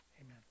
Amen